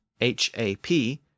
H-A-P